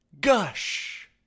gush